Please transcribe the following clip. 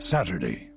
Saturday